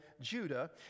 Judah